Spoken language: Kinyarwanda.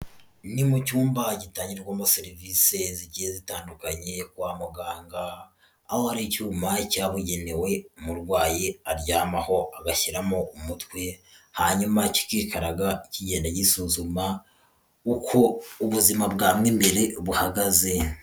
Ni mu cyumba gitangirwamo serivisi zigiye zitandukanye kwa muganga aho hari icyuma cyabugenewe umurwayi aryamaho agashyiramo umutwe hanyuma kikikaraga kigenda gisuzuma uko ubuzima bwa mo imbere buhagaze.